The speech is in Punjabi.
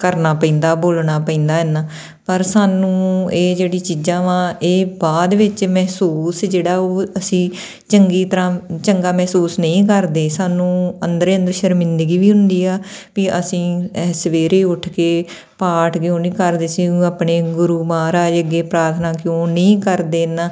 ਕਰਨਾ ਪੈਂਦਾ ਬੋਲਣਾ ਪੈਂਦਾ ਇਨਾ ਪਰ ਸਾਨੂੰ ਇਹ ਜਿਹੜੀ ਚੀਜ਼ਾਂ ਵਾ ਇਹ ਬਾਅਦ ਵਿੱਚ ਮਹਿਸੂਸ ਜਿਹੜਾ ਉਹ ਅਸੀਂ ਚੰਗੀ ਤਰ੍ਹਾਂ ਚੰਗਾ ਮਹਿਸੂਸ ਨਹੀਂ ਕਰਦੇ ਸਾਨੂੰ ਅੰਦਰੇ ਅੰਦਰ ਸ਼ਰਮਿੰਦਗੀ ਵੀ ਹੁੰਦੀ ਆ ਵੀ ਅਸੀਂ ਇਹ ਸਵੇਰੇ ਉੱਠ ਕੇ ਪਾਠ ਕਿਉਂ ਨਹੀਂ ਕਰਦੇ ਅਸੀਂ ਹੁਣ ਆਪਣੇ ਗੁਰੂ ਮਹਾਰਾਜ ਅੱਗੇ ਪ੍ਰਾਰਥਨਾ ਕਿਉਂ ਨਹੀਂ ਕਰਦੇ ਇਨਾ